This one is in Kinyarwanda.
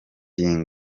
kumva